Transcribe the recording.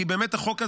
כי החוק הזה,